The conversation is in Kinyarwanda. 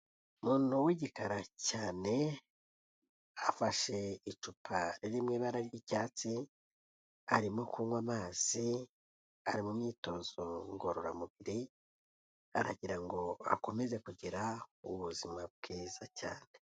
Umuntu w'igikara cyane, afashe icupa riri mu ibara ry'icyatsi, arimo kunywa amazi, ari mu myitozo ngororamubiri, aragira ngo akomeze kugira ubuzima bwiza cyane.